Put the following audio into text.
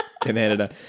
Canada